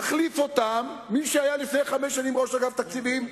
מחליף אותם מי שהיה לפני חמש שנים ראש אגף התקציבים,